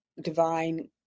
divine